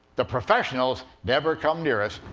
the professionals never come near us,